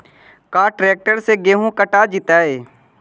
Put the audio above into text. का ट्रैक्टर से गेहूं कटा जितै?